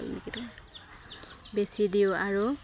বেচি দিওঁ আৰু